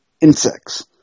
insects